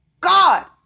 God